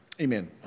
Amen